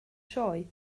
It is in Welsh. sioe